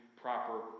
proper